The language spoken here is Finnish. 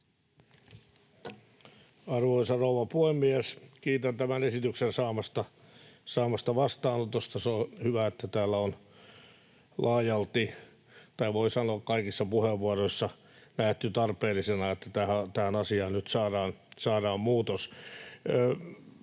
Arvoisa rouva puhemies! Kiitän tämän esityksen saamasta vastaanotosta. On hyvä, että täällä on laajalti, tai voi sanoa kaikissa puheenvuoroissa, nähty tarpeellisena, että tähän asiaan nyt saadaan muutos.